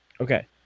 Okay